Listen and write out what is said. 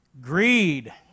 greed